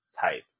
type